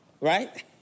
Right